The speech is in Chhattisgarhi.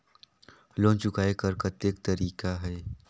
लोन चुकाय कर कतेक तरीका है?